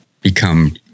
become